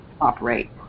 operate